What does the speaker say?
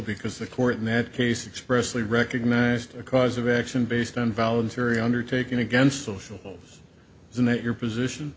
because the court in that case expressed the recognized cause of action based on voluntary undertaken against social isn't that your position